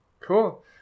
Cool